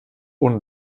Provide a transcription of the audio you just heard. ohne